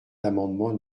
l’amendement